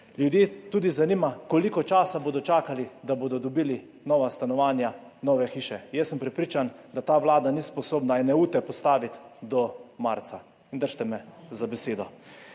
Ljudi tudi zanima, koliko časa bodo čakali, da bodo dobili nova stanovanja, nove hiše. Jaz sem prepričan, da ta vlada ni sposobna ene ute postaviti do marca. In držite me za besedo.